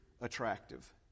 attractive